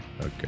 Okay